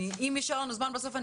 אם יישאר לנו זמן בסוף,